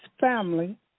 family